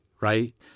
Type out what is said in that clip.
right